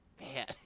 Man